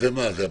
שמי אלו?